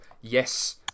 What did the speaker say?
yes